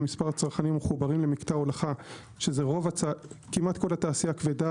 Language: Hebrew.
ומספר הצרכנים שמחוברים למקטע הולכה שזה כמעט כל התעשייה הכבדה